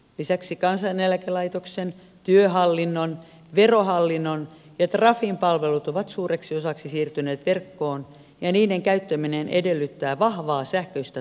lisäksi kansaneläkelaitoksen työhallinnon verohallinnon ja trafin palvelut ovat suureksi osaksi siirtyneet verkkoon ja niiden käyttäminen edellyttää vahvaa sähköistä tunnistautumista